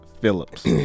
Phillips